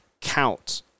count